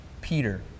Peter